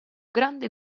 grande